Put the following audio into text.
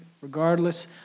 regardless